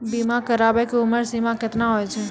बीमा कराबै के उमर सीमा केतना होय छै?